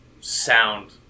sound